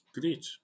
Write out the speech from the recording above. Great